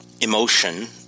emotion